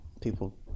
People